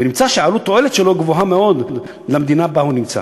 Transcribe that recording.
ונמצא שהעלות תועלת שלו גבוהה מאוד למדינה שבה הוא נמצא.